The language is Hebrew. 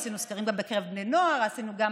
עשינו סקרים גם בקרב בני נוער, עשינו גם